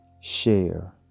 Share